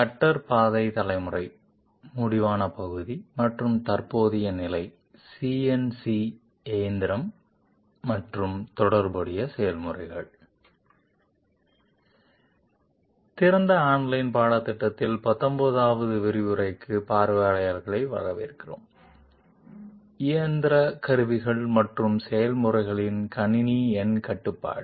cutter பாதை தலைமுறை முடிவான பகுதி மற்றும் தற்போதைய நிலை CNC எந்திரம் மற்றும் தொடர்புடைய செயல்முறைகள் திறந்த ஆன்லைன் பாடத்திட்டத்தில் 19 வது விரிவுரைக்கு பார்வையாளர்களை வரவேற்கிறோம் இயந்திர கருவிகள் மற்றும் செயல்முறைகளின் கணினி எண் கட்டுப்பாடு